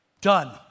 done